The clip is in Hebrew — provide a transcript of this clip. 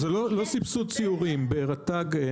זה לא סבסוד סיורים ברשות הטבע והגנים,